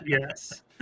Yes